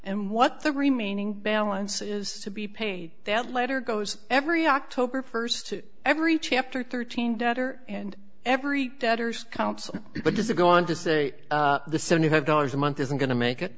and what the remaining balance is to be paid that letter goes every october st to every chapter thirteen debtor and every debtors counsel but does it go on to say the seventy five dollars a month isn't going to make it